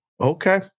Okay